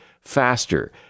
faster